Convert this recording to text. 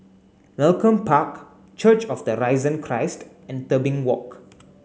Malcolm Park Church of the Risen Christ and Tebing Walk